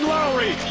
Lowry